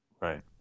Right